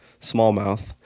smallmouth